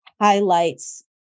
highlights